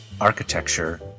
architecture